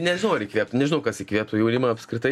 nežinau ar įkvėptų nežinau kas įkvėptų jaunimą apskritai